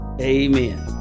amen